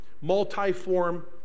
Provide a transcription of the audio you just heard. multi-form